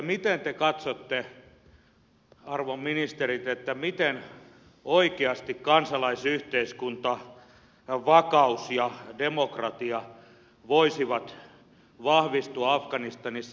miten te katsotte arvon ministerit miten oikeasti kansalaisyhteiskunta vakaus ja demokratia voisivat vahvistua afganistanissa